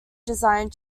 design